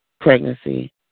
pregnancy